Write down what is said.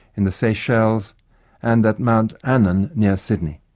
and the seychelles and at mount annan near sydney.